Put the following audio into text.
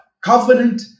covenant